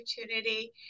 opportunity